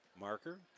Marker